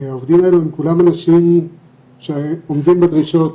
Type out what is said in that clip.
העובדים האלה הם כולם אנשים שעומדים בדרישות